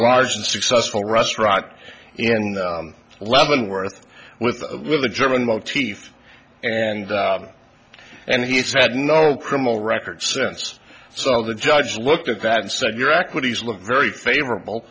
large and successful restaurant in leavenworth with a with a german motif and and he's had no criminal record since so while the judge looked at that and said your equities look very favorable